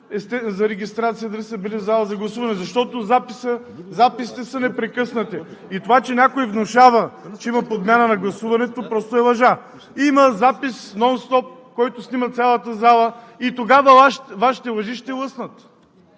за регистрация, дали са били в залата за гласуване? Защото записите са непрекъснати. И това, че някой внушава, че има подмяна на гласуването – просто е лъжа! Има запис нон-стоп, който снима цялата зала, и тогава Вашите лъжи ще лъснат!